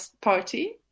Party